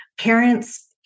parents